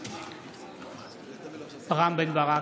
משתתפת בהצבעה רם בן ברק,